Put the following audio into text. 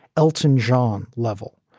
elton john level.